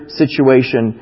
situation